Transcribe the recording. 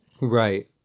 right